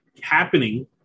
happening